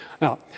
Now